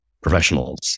professionals